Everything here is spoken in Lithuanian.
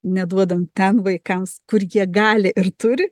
neduodam ten vaikams kur jie gali ir turi